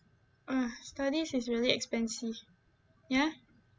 !wah! studies is really expensive ya